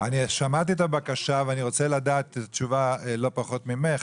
אני שמעתי את הבקשה ואני רוצה לדעת את התשובה לא פחות ממך,